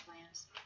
plans